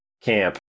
camp